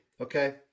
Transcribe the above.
okay